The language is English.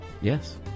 Yes